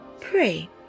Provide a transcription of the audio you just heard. pray